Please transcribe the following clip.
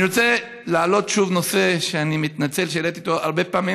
אני רוצה להעלות שוב נושא שאני מתנצל שהעליתי אותו הרבה פעמים,